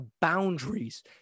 boundaries